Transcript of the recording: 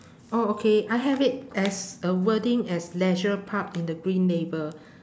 oh okay I have it as a wording as leisure park in the green label